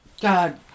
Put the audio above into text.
God